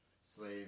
slave